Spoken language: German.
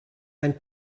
ein